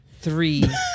three